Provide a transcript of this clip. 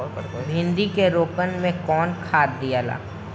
भिंदी के रोपन मे कौन खाद दियाला?